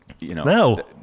No